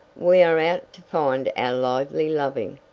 we are out to find our lively-loving,